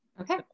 Okay